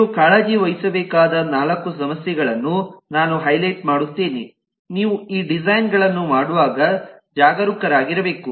ನೀವು ಕಾಳಜಿ ವಹಿಸಬೇಕಾದ ನಾಲ್ಕು ಸಮಸ್ಯೆಗಳನ್ನು ನಾನು ಹೈಲೈಟ್ ಮಾಡುತ್ತೇನೆ ನೀವು ಈ ಡಿಸೈನ್ ಗಳನ್ನು ಮಾಡುವಾಗ ಜಾಗರೂಕರಾಗಿರಬೇಕು